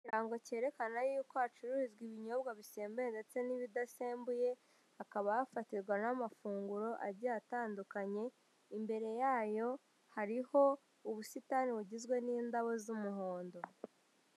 Ikirango kerekana yuko hacururizwa ibinyobwa bisembuwe ndetse, n'ibidasembuye hakaba hafatirwa n'amafunguro agiye atandukanye, imbere yayo hariho ubusitani bugizwe n'indabo z'umuhondo.